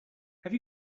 have